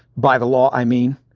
by the law i mean.